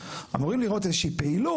אמורים לראות איזה שהיא פעילות.